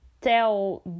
tell